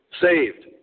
saved